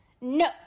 No